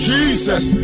Jesus